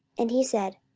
and he said,